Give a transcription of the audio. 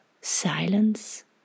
silence